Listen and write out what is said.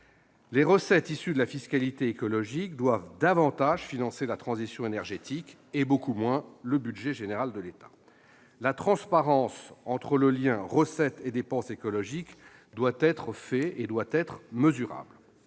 Les recettes issues de la fiscalité écologique doivent davantage financer la transition énergétique et beaucoup moins le budget général de l'État. Le lien entre recettes et dépenses écologiques doit pouvoir être établi